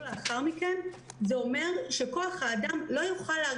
לאחר מכן זה אומר שכוח-האדם לא יוכל לתפקד.